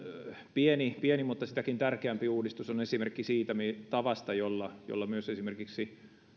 pieni pieni mutta sitäkin tärkeämpi uudistus on esimerkki siitä tavasta jolla jolla myös esimerkiksi